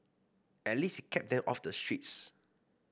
at least it kept them off the streets